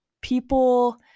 people